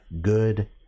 good